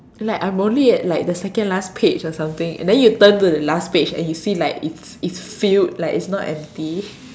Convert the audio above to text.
like I'm only at like the second last page or something and then you turn to the last page and you see like it's it's filled like it's not empty